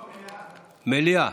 מליאה.